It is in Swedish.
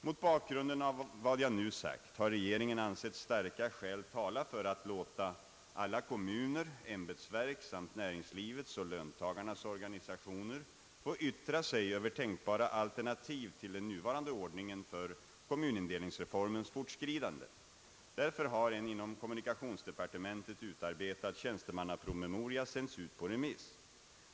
Mot bakgrunden av vad jag nu sagt har regeringen ansett starka skäl tala för att låta alla kommuner, ämbetsverk samt näringslivets och löntagarnas organisationer få yttra sig över tänkbara alternativ till den nuvarande ordningen för kommunindelningsreformens fortskridande, Därför har en inom kommunikationsdepartementet utarbetad tjänstemannapromemoria sänts ut på remiss.